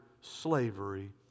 slavery